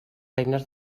eines